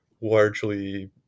largely